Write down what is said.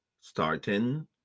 starting